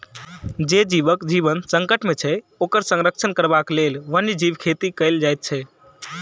जे जीवक जीवन संकट मे छै, ओकर संरक्षण करबाक लेल वन्य जीव खेती कयल जाइत छै